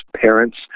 parents